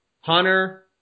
Hunter